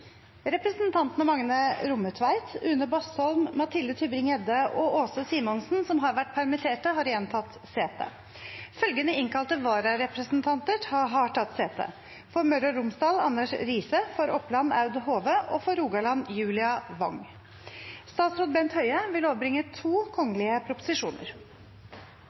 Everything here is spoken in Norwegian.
Representantene Magne Rommetveit , Une Bastholm , Mathilde Tybring-Gjedde og Aase Simonsen , som har vært permittert, har igjen tatt sete. Følgende innkalte vararepresentanter har tatt sete: For Møre og Romsdal: Anders Riise For Oppland: Aud Hove For Rogaland: Julia Wong Representanten Jon Georg Dale vil